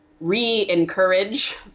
re-encourage